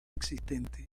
existente